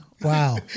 Wow